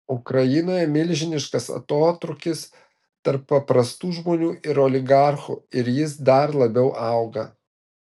ukrainoje milžiniškas atotrūkis tarp paprastų žmonių ir oligarchų ir jis dar labiau auga